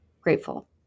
grateful